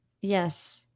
yes